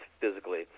physically